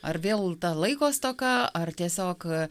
ar vėl ta laiko stoka ar tiesiog